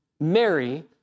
Mary